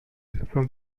from